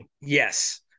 Yes